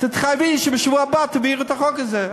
תתחייבי שבשבוע הבא תעבירי את החוק הזה.